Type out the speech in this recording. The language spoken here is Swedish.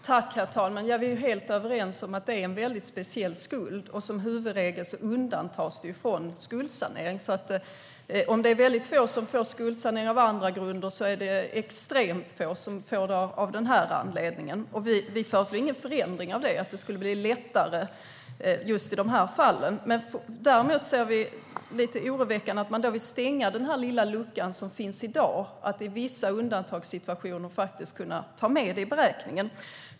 Herr talman! Vi är helt överens om att en skuld på grund av våldsbrott är väldigt speciell skuld, och som huvudregel undantas den från skuldsanering. Om det är få som får skuldsanering av andra grunder är det extremt få som får det av den här anledningen. Vi föreslår ingen förändring av detta, att det skulle bli lättare just i de här fallen. Däremot är det lite oroväckande att man vill stänga den lilla lucka som finns i dag, att i vissa undantagssituationer kunna ta med detta i beräkningen.